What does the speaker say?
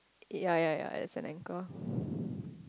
ya ya ya it's an anchor